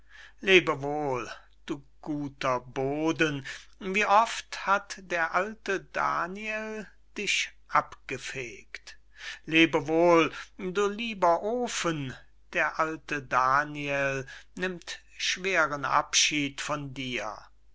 wohl du guter boden wie oft hat der alte daniel dich abgefegt lebe wohl du lieber ofen der alte daniel nimmt schweren abschied von dir